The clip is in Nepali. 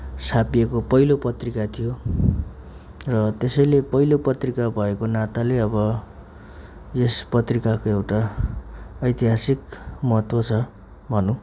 छापिएको पहिलो पत्रिका थियो र त्यसैले पहिलो पत्रिका भएको नाताले अब यस पत्रिकाको एउटा एतिहासिक महत्व छ भनौँ